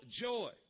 joy